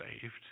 saved